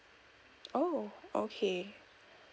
oh okay